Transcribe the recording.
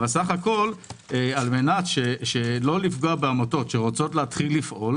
אבל בסך הכול כדי לא לפגוע בעמותות שרוצות להתחיל לפעול